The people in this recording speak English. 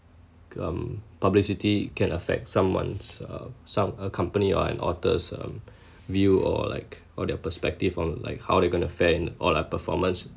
um publicity can affect someone's uh some a company or an author's um view or like or their perspective on like how they're going to fend or like performance